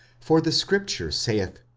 for the scripture saith,